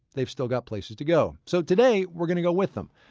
they've still got places to go so today we're going to go with them,